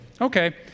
Okay